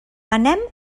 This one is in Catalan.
anem